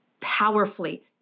powerfully